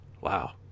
Wow